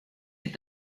est